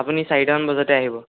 আপুনি চাৰিটামান বজাতে আহিব